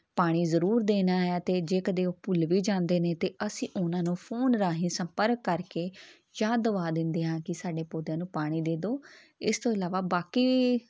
ਪਾਣੀ ਜ਼ਰੂਰ ਦੇਣਾ ਹੈ ਅਤੇ ਜੇ ਕਦੇ ਉਹ ਭੁੱਲ ਵੀ ਜਾਂਦੇ ਨੇ ਅਤੇ ਅਸੀਂ ਉਹਨਾਂ ਨੂੰ ਫੋਨ ਰਾਹੀਂ ਸੰਪਰਕ ਕਰਕੇ ਯਾਦ ਦਵਾ ਦਿੰਦੇ ਹਾਂ ਕਿ ਸਾਡੇ ਪੋਦਿਆਂ ਨੂੰ ਪਾਣੀ ਦੇ ਦਿਉ ਇਸ ਤੋਂ ਇਲਾਵਾ ਬਾਕੀ